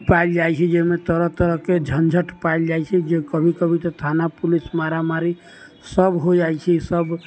पायल जाय छै जाहिमे तरह तरह के झंझट पायल जाइ छै जाहिमे कभी कभी तऽ थाना पुलिस मारा मारी सब हो जाइ छै सब